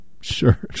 Sure